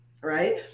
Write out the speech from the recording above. right